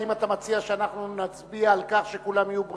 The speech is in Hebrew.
האם אתה מציע שאנחנו נצביע על כך שכולם יהיו בריאים?